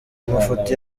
amafoto